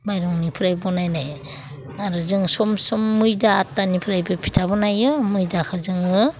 माइरंनिफ्राय बानायनाय आरो जों सम सम मैदा आटानिफ्रायबो फिथा बानायो मैदाखौ जोङो